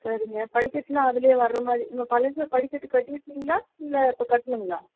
சரிங்க படிக்கட்டு அதுலேயே வரமாதிரி நீங்கள் பழசுல படிக்கட்டு கட்டியிருக்கீங்களா இல்லை இப்போ கட்டணுங்களா